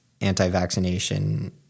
anti-vaccination